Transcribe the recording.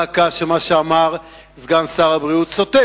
דא עקא שמה שאמר סגן שר הבריאות סותר